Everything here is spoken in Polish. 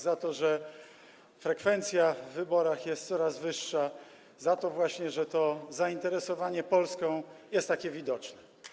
Za to, że frekwencja w wyborach jest coraz wyższa, za to, że to zainteresowanie Polską jest takie widoczne.